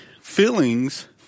feelings